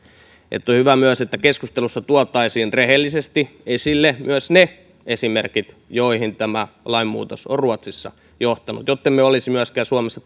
eli on hyvä myös että keskustelussa tuotaisiin rehellisesti esille myös ne esimerkit joihin tämä lainmuutos on ruotsissa johtanut jottemme olisi myöskään suomessa